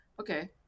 Okay